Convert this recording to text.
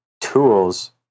Tools